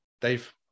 Dave